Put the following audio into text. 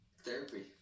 Therapy